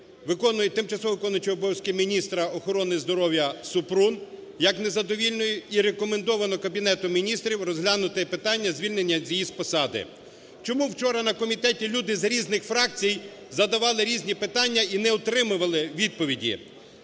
роботи тимчасово виконуючого обов'язки міністра охорони здоров'я Супрун як незадовільною і рекомендовано Кабінету Міністрів розглянути питання звільнення її з посади. Чому вчора на комітеті люди з різних фракцій задавали різні питання і не отримували відповіді.